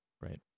right